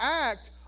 act